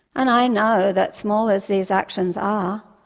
and i know, that small as these actions are,